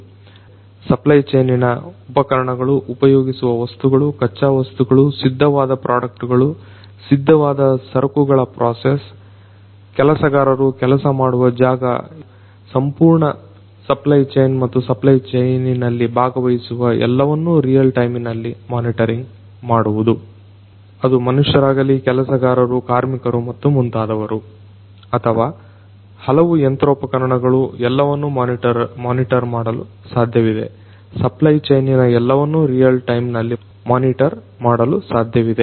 real time monitoring ಸಪ್ಲೈಚೈನಿನ ಉಪಕರಣಗಳು ಉಪಯೋಗಿಸುವ ವಸ್ತುಗಳು ಖಚ್ಚಾ ವಸ್ತುಗಳು ಸಿದ್ಧವಾದ ಪ್ರಾಡಕ್ಟಗಳು ಸಿದ್ಧವಾದ ಸರಕುಗಳ ಪ್ರೊಸೆಸ್ ಕೆಲಸಗಾರರು ಕೆಲಸ ಮಾಡುವ ಜಾಗ ಎಲ್ಲವೂ ರಿಯಲ್ ಟೈಮ್ ಸಂಪೂರ್ಣ ಸಪ್ಲೈಚೈನ್ ಮತ್ತು ಸಪ್ಲೈಚೈನಿನಲ್ಲಿ ಭಾಗವಹಿಸುವ ಎಲ್ಲವನ್ನ ರಿಯಲ್ ಟೈಮ್ನಲ್ಲಿ ಮೊನಿಟರಿಂಗ್ ಮಾಡುವುದು ಅದು ಮನುಷ್ಯರಾಗಲಿ ಕೆಲಸಗಾರರು ಕಾರ್ಮಿಕರು ಮತ್ತು ಮುಂತಾದವರು ಅಥವಾ ಹಲವು ಯಂತ್ರೋಪಕರಣಗಳು ಎಲ್ಲವನ್ನ ಮೊನಿಟರ್ ಮಾಡಲು ಸಾಧ್ಯವಿದೆ ಸಪ್ಲೈಚೈನಿನ ಎಲ್ಲವನ್ನ ರಿಯಲ್ ಟೈಮ್ನಲ್ಲಿ ಮೊನಿಟರ್ ಮಾಡಲು ಸಾಧ್ಯವಿದೆ